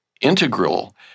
integral